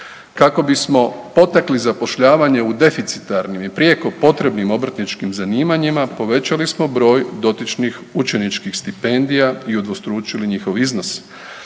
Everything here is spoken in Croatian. Kako bismo potakli zapošljavanje u deficitarnim i prijeko potrebnim obrtničkim zanimanjima, povećali smo broj dotičnih učeničkih stipendija i udvostručili njihov iznos.